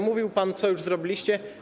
Mówił pan, co już zrobiliście.